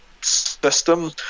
system